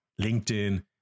LinkedIn